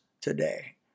today